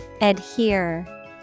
Adhere